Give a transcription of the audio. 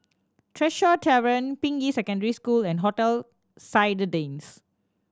Tresor Tavern Ping Yi Secondary School and Hotel Citadines